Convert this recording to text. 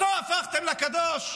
אותו הפכתם לקדוש.